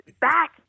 back